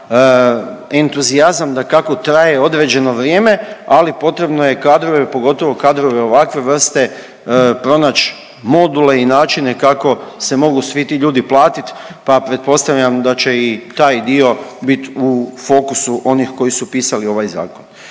entuzijazam dakako traje određeno vrijeme, ali potrebno je kadrove, pogotovo kadrove ovakve vrste pronać module i načine kako se mogu svi ti ljudi platit pa pretpostavljam da će i taj dio bit u fokusu onih koji su pisali ovaj zakon.